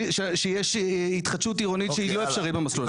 שיש התחדשות עירונית שהיא לא אפשרית במסלול הזה.